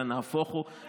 אלא נהפוך הוא,